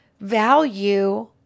value